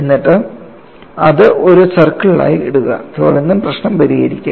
എന്നിട്ട് അത് ഒരു സർക്കിളായി ഇടുക തുടർന്ന് പ്രശ്നം പരിഹരിക്കുക